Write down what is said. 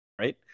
right